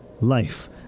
life